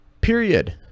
period